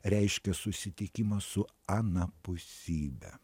reiškia susitikimą su anapusybe